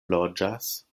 loĝas